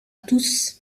tous